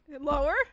Lower